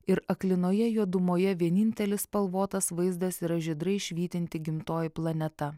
ir aklinoje juodumoje vienintelis spalvotas vaizdas yra žydrai švytinti gimtoji planeta